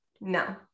no